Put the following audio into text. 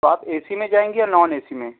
تو آپ A C میں جائیں گی یا نان اے سی میں